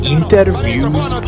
Interviews